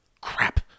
crap